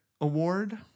Award